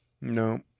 no